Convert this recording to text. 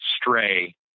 stray